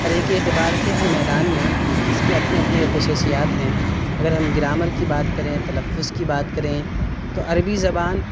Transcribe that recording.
ہر ایک اعتبار سے ہر میدان میں اس کے اپنے اپنے خصوصیات ہیں اگر ہم گرامر کی بات کریں تلفظ کی بات کریں تو عربی زبان